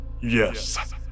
yes